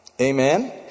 Amen